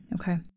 Okay